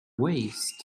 waist